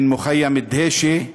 ממחנה הפליטים דהיישה,)